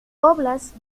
óblast